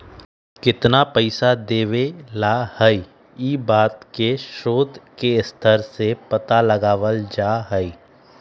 कितना पैसा देवे ला हई ई बात के शोद के स्तर से पता लगावल जा हई